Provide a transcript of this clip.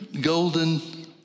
golden